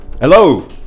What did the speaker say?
Hello